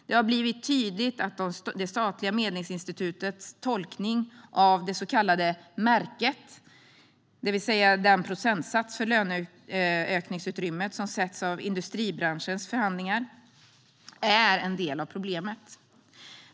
Det har blivit tydligt att det statliga Medlingsinstitutets tolkning av det så kallade märket, det vill säga den procentsats för löneökningsutrymmet som sätts av industribranschens förhandlingar, är en del av problemet.